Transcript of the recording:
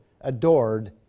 adored